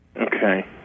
Okay